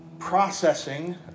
processing